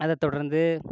அதை தொடர்ந்து